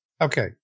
Okay